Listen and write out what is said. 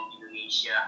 Indonesia